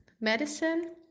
medicine